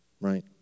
right